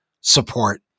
support